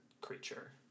creature